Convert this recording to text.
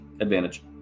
advantage